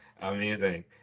Amazing